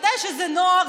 מתי שזה נוח,